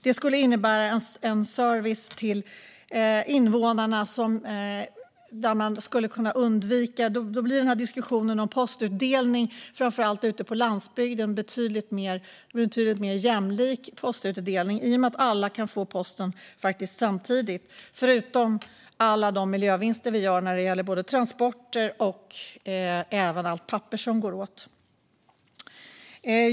Det skulle innebära en service till invånarna, och postutdelningen, framför allt ute på landsbygden, skulle bli betydligt mer jämlik i och med att alla kan få posten samtidigt - förutom alla de miljövinster vi skulle göra när det gäller både transporter och allt papper som går åt.